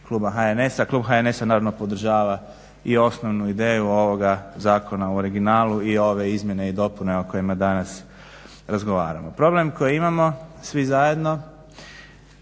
Klub HNS-a naravno podržava i osnovnu ideju ovoga Zakona u originalu i ove izmjene i dopune o kojima danas razgovaramo. Problem koji imamo svi zajedno